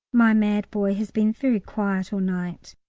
my mad boy has been very quiet all night.